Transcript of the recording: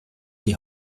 die